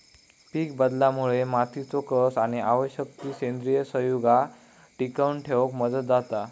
पीकबदलामुळे मातीचो कस आणि आवश्यक ती सेंद्रिय संयुगा टिकवन ठेवक मदत जाता